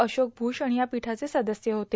अशोक भूषण या पीठाचे सदस्य होते